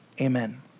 Amen